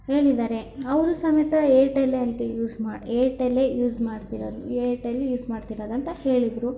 ಹೇಳಿದಾರೆ ಅವರೂ ಸಮೇತ ಏರ್ಟೆಲ್ಲೇ ಅಂತೆ ಯೂಸ್ ಮಾಡು ಏರ್ಟೆಲೇ ಯೂಸ್ ಮಾಡ್ತಿರೋದು ಏರ್ಟೆಲೇ ಯೂಸ್ ಮಾಡ್ತಿರೋದಂತ ಹೇಳಿದರು